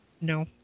no